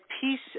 peace